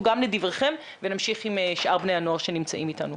גם לדבריכם ונמשיך עם שאר בני הנוער שנמצאים איתנו.